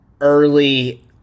early